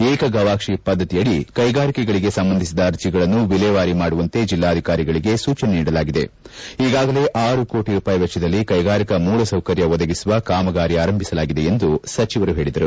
ಏಕಗವಾಕ್ಷಿ ಪದ್ಧತಿಯಡಿ ಕೈಗಾರಿಕೆಗಳಿಗೆ ಸಂಬಂಧಿಸಿದ ಅರ್ಜಿಗಳನ್ನು ವಿಲೇವಾರಿ ಮಾಡುವಂತೆ ಜಿಲ್ಲಾಧಿಕಾರಿಗಳಿಗೆ ಸೂಚನೆ ನೀಡಲಾಗಿದೆ ಈಗಾಗಲೇ ಆರು ಕೋಟ ರೂಪಾಯಿ ವೆಚ್ಚದಲ್ಲಿ ಕೈಗಾರಿಕಾ ಮೂಲಸೌಕರ್ಯ ಒದಗಿಸುವ ಕಾಮಗಾರಿ ಆರಂಭಿಸಲಾಗಿದೆ ಎಂದು ಸಚಿವರು ಹೇಳಿದರು